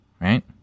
right